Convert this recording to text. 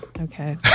Okay